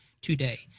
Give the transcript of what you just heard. today